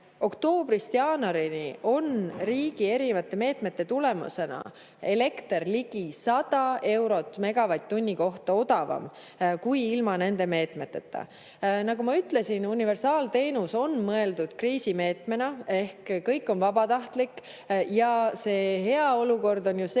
Oktoobrist jaanuarini on riigi erinevate meetmete tulemusena elekter ligi 100 eurot megavatt-tunni kohta odavam kui ilma nende meetmeteta. Nagu ma ütlesin, universaalteenus on mõeldud kriisimeetmena, ehk kõik on vabatahtlik. See hea olukord on ju see,